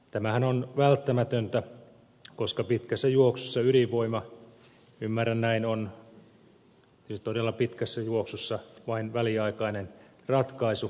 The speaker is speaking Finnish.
tämähän on välttämätöntä koska pitkässä juoksussa ydinvoima ymmärrän näin siis todella pitkässä juoksussa on vain väliaikainen ratkaisu